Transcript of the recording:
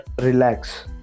relax